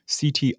CT